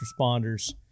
responders